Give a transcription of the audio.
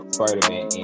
Spider-Man